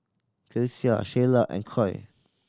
Kelsea Sheyla and Coy